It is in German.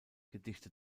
gedichte